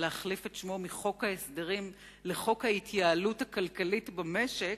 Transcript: להחליף את שמו מחוק ההסדרים לחוק ההתייעלות הכלכלית במשק,